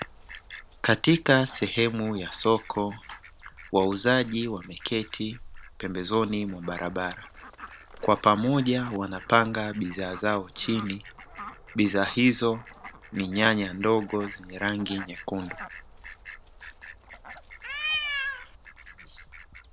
Katika sehemu ya soko wauzaji wameketi pembezoni mwa barabara kwa pamoja wanapanga bidhaa zao chini, bidhaa hizo ni nyanya ndogo zenye rangi nyekundu.